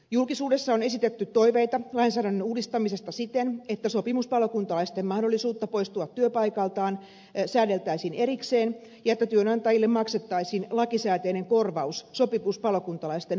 julkisuudessa on esitetty toiveita lainsäädännön uudistamisesta siten että sopimuspalokuntalaisten mahdollisuutta poistua työpaikaltaan säädeltäisiin erikseen ja että työnantajille maksettaisiin lakisääteinen korvaus sopimuspalokuntalaisten poissaolon johdosta